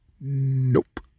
Nope